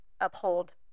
uphold